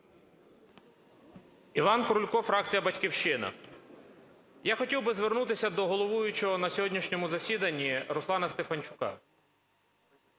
Іван Крулько, фракція "Батьківщина". Я хотів би звернутися до головуючого на сьогоднішньому засіданні Руслана Стефанчука.